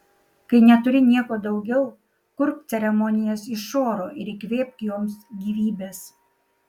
kai neturi nieko daugiau kurk ceremonijas iš oro ir įkvėpk joms gyvybės